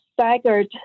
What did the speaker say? staggered